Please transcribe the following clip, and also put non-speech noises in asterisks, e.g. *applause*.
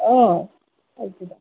অঁ *unintelligible*